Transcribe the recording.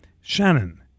Shannon